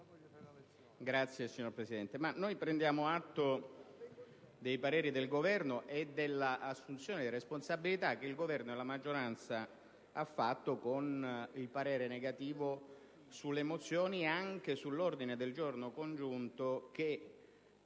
Grazie, signor Presidente.